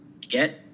get